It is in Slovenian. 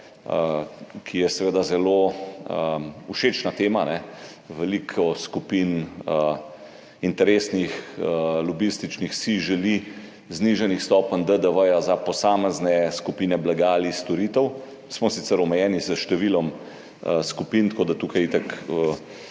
ki je seveda zelo všečna tema, veliko skupin, interesnih, lobističnih, si želi znižanih stopenj DDV za posamezne skupine blaga ali storitev. Sicer smo omejeni s številom skupin, tako da smo tukaj itak